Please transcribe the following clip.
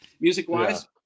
music-wise